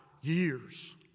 years